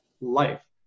life